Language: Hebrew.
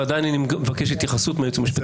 ועדיין אני מבקש התייחסות מהיועץ המשפטי